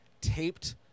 taped